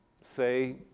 say